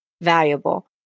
valuable